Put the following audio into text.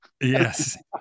Yes